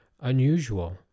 unusual